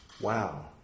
wow